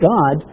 God